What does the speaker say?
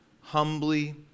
humbly